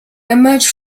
emerged